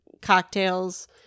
cocktails